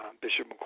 Bishop